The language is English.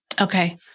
Okay